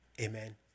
Amen